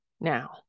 now